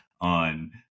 on